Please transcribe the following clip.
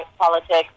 politics